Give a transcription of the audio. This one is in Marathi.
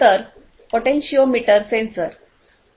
नंतर पोटेन्शिओ मीटर सेंसरpotentiometer sensors